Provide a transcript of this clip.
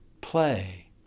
play